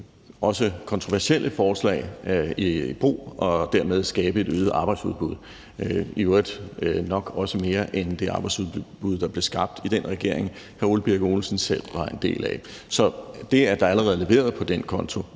tage kontroversielle forslag i brug og dermed skabe et øget arbejdsudbud – i øvrigt nok også mere end det arbejdsudbud, der blev skabt i den regering, hr. Ole Birk Olesen selv var en del af. Så det, at der allerede er leveret på den konto,